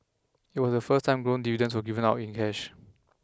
it was the first time growth dividends were given out in cash